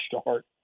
start